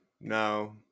no